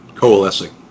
coalescing